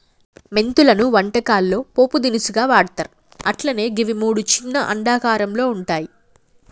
మెంతులను వంటకాల్లో పోపు దినుసుగా వాడ్తర్ అట్లనే గివి మూడు చిన్న అండాకారంలో వుంటయి